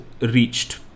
reached